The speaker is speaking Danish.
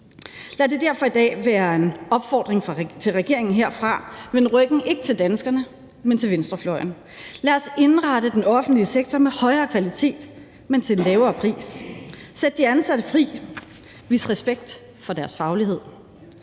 Lad det derfor i dag være en opfordring til regeringen herfra: Vend ryggen, ikke til danskerne, men til venstrefløjen. Lad os indrette den offentlige sektor med højere kvalitet, men til en lavere pris, sætte de ansatte fri, vise respekt for deres faglighed.